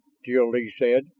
jil-lee said,